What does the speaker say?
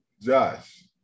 Josh